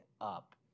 up